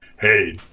Hey